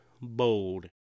Bold